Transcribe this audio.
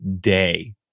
day